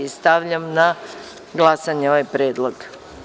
Stavljam na glasanje ovaj predlog.